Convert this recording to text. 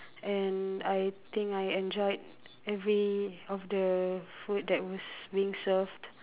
and I think I enjoyed every of the food that was being served